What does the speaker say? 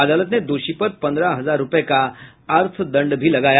अदालत ने दोषी पर पंद्रह हजार रूपये का अर्थदंड भी लगाया